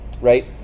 Right